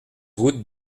route